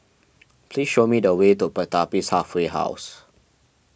please show me the way to Pertapis Halfway House